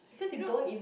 you know